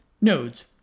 nodes